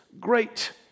great